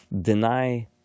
deny